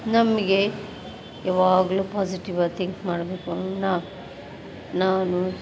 ನಮಗೆ ಯಾವಾಗಲೂ ಪಾಸಿಟಿವಾಗಿ ತಿಂಕ್ ಮಾಡಬೇಕು ನಾ ನಾನು